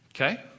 Okay